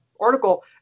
article